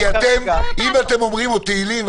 אם אתם אומרים עוד תהילים,